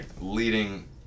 leading